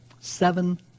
Seven